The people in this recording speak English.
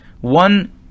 One